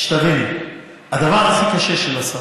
שתביני, הדבר הכי קשה של השר,